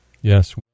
yes